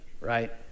right